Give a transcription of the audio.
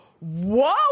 whoa